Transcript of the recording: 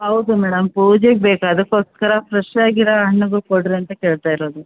ಹೌದು ಮೇಡಮ್ ಪೂಜೆಗೆ ಬೇಕು ಅದಕ್ಕೋಸ್ಕರ ಫ್ರೆಶ್ ಆಗಿರೋ ಹಣ್ಣುಗುಳು ಕೊಡ್ರಿ ಅಂತ ಕೇಳ್ತಾ ಇರೋದು